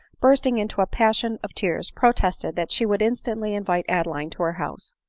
bursting into a passion of tears, protested that she would instantly invite adeline to her house.